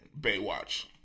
Baywatch